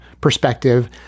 perspective